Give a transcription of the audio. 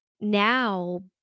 now